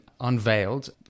unveiled